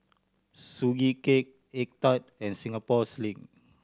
Sugee Cake egg tart and Singapore Sling